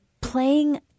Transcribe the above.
playing